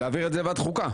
להעביר את זה לוועדת החוקה.